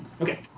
Okay